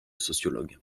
sociologues